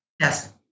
Yes